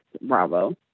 Bravo